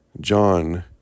John